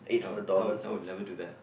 I would I would I would never do that